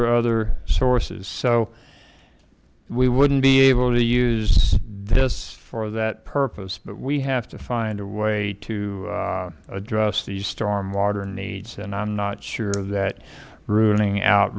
or other sources so we wouldn't be able to use this for that purpose but we have to find a way to address these stormwater needs and i'm not sure that ruling out